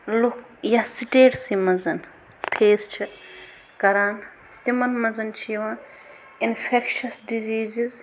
لُکھ یَتھ سٕٹیٹسٕے منٛز فیس چھِ کَران تِمَن منٛز چھِ یِوان اِنفٮ۪کشَس ڈِزیٖزِز